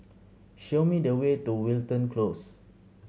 show me the way to Wilton Close